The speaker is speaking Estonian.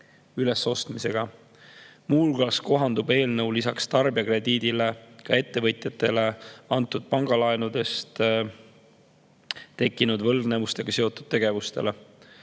ülesostmisega. Muu hulgas kohandub eelnõu lisaks tarbijakrediidile ka ettevõtjale antud pangalaenust tekkinud võlgnevusega seotud tegevustele.